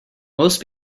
most